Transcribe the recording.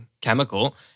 chemical